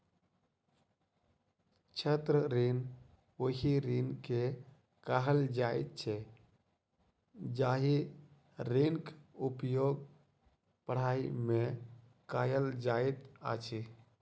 छात्र ऋण ओहि ऋण के कहल जाइत छै जाहि ऋणक उपयोग पढ़ाइ मे कयल जाइत अछि